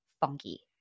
funky